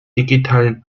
digitalen